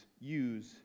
use